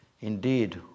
Indeed